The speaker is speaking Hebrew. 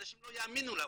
אנשים לא יאמינו לנו.